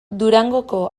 durangoko